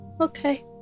Okay